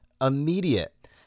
Immediate